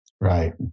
Right